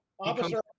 Officer